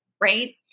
right